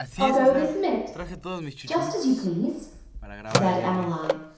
i'll go this minute just as you please said emmeline,